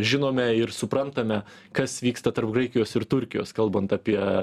žinome ir suprantame kas vyksta tarp graikijos ir turkijos kalbant apie